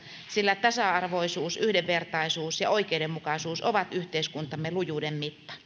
sillä tasa arvoisuus yhdenvertaisuus ja oikeudenmukaisuus ovat yhteiskuntamme lujuuden mitta